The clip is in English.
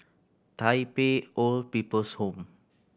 Tai Pei Old People's Home